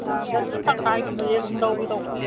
ꯑꯥ dozen ꯇꯪꯈꯥꯏꯒꯨꯝꯕꯗꯤ ꯑꯗꯨꯝ ꯂꯧꯒꯦ ꯇꯧꯕ